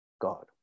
God